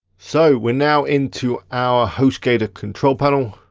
so we're now into our hostgator control panel,